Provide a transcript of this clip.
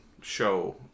show